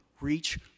Reach